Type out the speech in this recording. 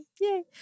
yay